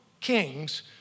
kings